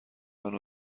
منو